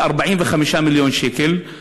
כ-45 מיליון שקל,